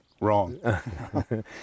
wrong